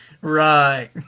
right